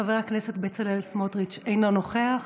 חבר הכנסת בצלאל סמוטריץ' אינו נוכח,